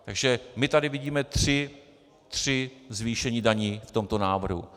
Takže my tady vidíme tři zvýšení daní v tomto návrhu.